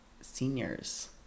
seniors